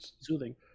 Soothing